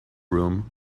room